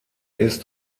ist